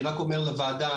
אני רק אומר לוועדה,